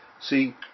See